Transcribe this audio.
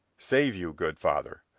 save you, good father!